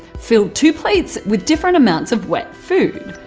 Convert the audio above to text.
fill two plates with different amounts of wet food.